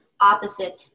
opposite